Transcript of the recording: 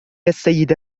السيدة